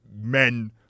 men